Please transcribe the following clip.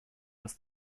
das